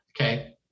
okay